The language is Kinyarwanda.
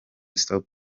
stop